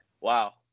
wow